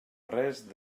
res